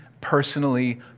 personally